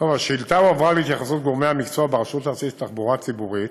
השאילתה הועברה להתייחסות גורמי המקצוע ברשות הארצית לתחבורה ציבורית,